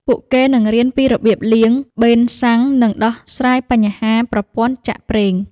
ពួកគេនឹងរៀនពីរបៀបលាង ប៊េនសាំង និងដោះស្រាយបញ្ហាប្រព័ន្ធចាក់ប្រេង។